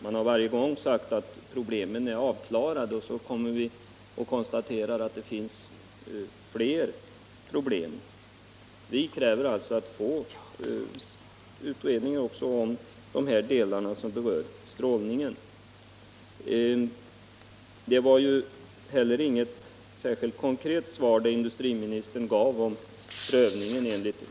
Det har varje gång sagts att problemen är avklarade, men sedan har vi kunnat konstatera att det finns fler problem. Vi kräver alltså att det görs utredningar också beträffande strålningsriskerna. Industriministerns svar på min fråga angående prövning enligt 136 a § byggnadslagen var inte särskilt konkret.